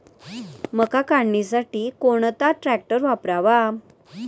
मका काढणीसाठी कोणता ट्रॅक्टर वापरावा?